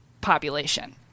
population